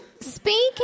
Speaking